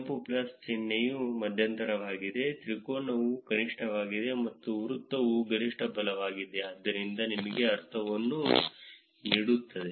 ಕೆಂಪು ಪ್ಲಸ್ ಚಿಹ್ನೆಯು ಮಧ್ಯಂತರವಾಗಿದೆ ತ್ರಿಕೋನವು ಕನಿಷ್ಠವಾಗಿದೆ ಮತ್ತು ವೃತ್ತವು ಗರಿಷ್ಠ ಬಲವಾಗಿದೆ ಆದ್ದರಿಂದ ನಿಮಗೆ ಅರ್ಥವನ್ನು ನೀಡುತ್ತದೆ